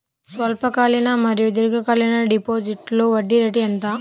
స్వల్పకాలిక మరియు దీర్ఘకాలిక డిపోజిట్స్లో వడ్డీ రేటు ఎంత?